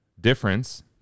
difference